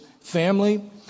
family